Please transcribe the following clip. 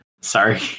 sorry